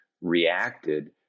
reacted